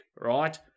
right